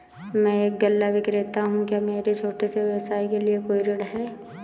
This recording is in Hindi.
मैं एक गल्ला विक्रेता हूँ क्या मेरे छोटे से व्यवसाय के लिए कोई ऋण है?